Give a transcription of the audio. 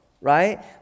right